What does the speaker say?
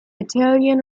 italian